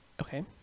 Okay